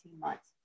months